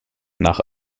nach